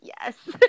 Yes